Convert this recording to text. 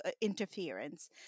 interference